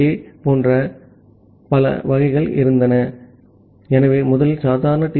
K போன்ற பல வகைகள் இருந்தன ஆகவே முதலில் சாதாரண டி